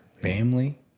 family